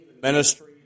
ministry